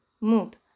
mood